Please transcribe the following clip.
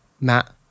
Matt